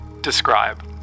Describe